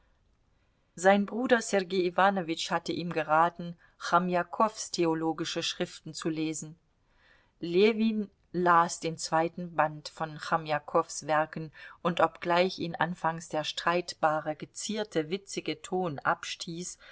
sein bruder sergei iwanowitsch hatte ihm geraten chomjakows theologische schriften zu lesen ljewin las den zweiten band von chomjakows werken und obgleich ihn anfangs der streitbare gezierte witzige ton abstieß